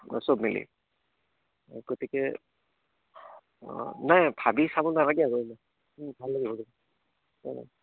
চব মিলি গতিকে নাই ভাবি চাব নালাগে ভাল লাগিব